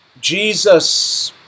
Jesus